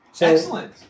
Excellent